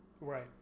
Right